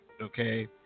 okay